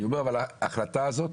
אבל אני אומר, ההחלטה הזאת